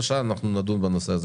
שלושה נדון בנושא הזה.